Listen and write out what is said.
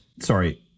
sorry